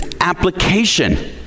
application